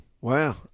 Wow